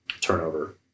turnover